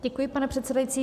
Děkuji, pane předsedající.